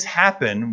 happen